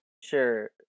Sure